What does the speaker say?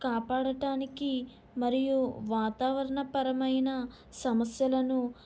కాపాడటానికి మరియు వాతావరణ పరమైన సమస్యలను